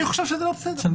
אני חושב שזה לא בסדר.